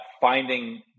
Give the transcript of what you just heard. finding